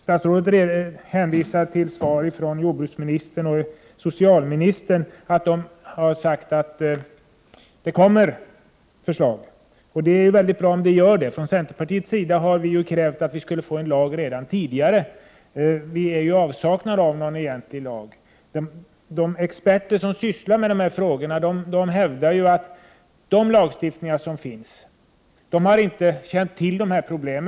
Statsrådet hänvisar till svar från jordbruksministern och socialministern där de sagt att det skall komma förslag. Det är mycket bra om det blir så. Centern har ju krävt att vi skulle få en lag redan tidigare. Vi är i avsaknad av någon egentlig lagstiftning. De experter som sysslar med dessa frågor hävdar att de lagar som finns inte har byggt på dessa problem.